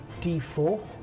d4